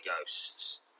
ghosts